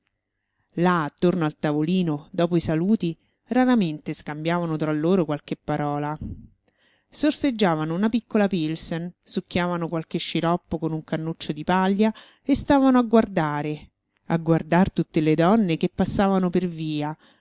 là attorno al tavolino dopo i saluti raramente scambiavano tra loro qualche parola sorseggiavano una piccola pilsen succhiavano qualche sciroppo con un cannuccio di paglia e stavano a guardare a guardar tutte le donne che passavano per via